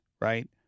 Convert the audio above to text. right